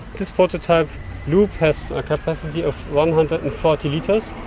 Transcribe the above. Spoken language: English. this prototype loop has a capacity of one hundred and forty litres,